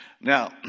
Now